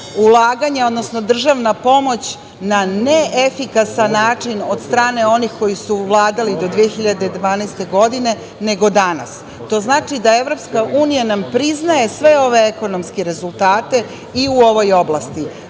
ulaganja, odnosno državna pomoć, na neefikasan način od strane onih koji su vladali do 2012. godine nego danas. To znači da nam EU priznaje sve ove ekonomske rezultate i u ovoj oblasti.